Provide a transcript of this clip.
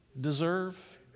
deserve